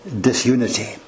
disunity